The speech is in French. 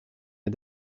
est